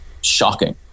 shocking